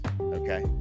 Okay